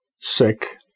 sick